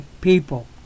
People